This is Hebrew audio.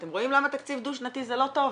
אתם רואים למה תקציב דו-שנתי זה לא טוב?